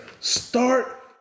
Start